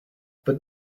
but